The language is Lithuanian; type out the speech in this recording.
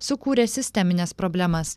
sukūrė sistemines problemas